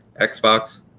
Xbox